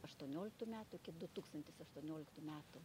aštuonioliktų metų iki du tūkstantis aštuonioliktų metų